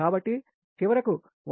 కాబట్టి చివరకు 1